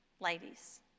ladies